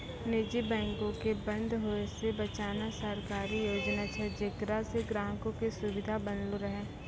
निजी बैंको के बंद होय से बचाना सरकारी योजना छै जेकरा से ग्राहको के सुविधा बनलो रहै